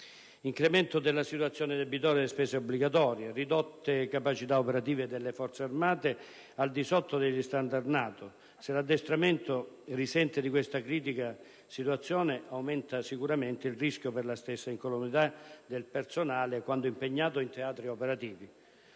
incremento della situazione debitoria delle spese obbligatorie; ridotte capacità operative delle Forze armate al di sotto degli standard NATO. Se l'addestramento risente di questa critica situazione, aumenta il rischio per la stessa incolumità del personale quando impegnato in teatri operativi